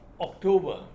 October